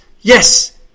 yes